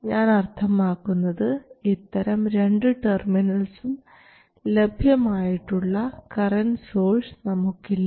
ഞാൻ അർത്ഥമാക്കുന്നത് ഇത്തരം 2 ടെർമിനൽസും ലഭ്യമായിട്ടുള്ള കറൻറ് സോഴ്സ് നമുക്കില്ല